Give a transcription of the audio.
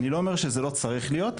אני לא אומר שזה לא צריך להיות,